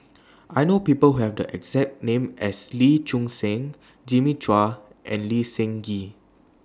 I know People Who Have The exact name as Lee Choon Seng Jimmy Chua and Lee Seng Gee